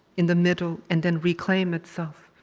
in the middle, and then reclaim itself.